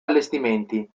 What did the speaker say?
allestimenti